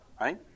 right